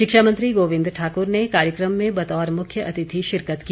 शिक्षा मंत्री गोविंद ठाक्र ने कार्यक्रम में बतौर मुख्यातिथि शिरकत की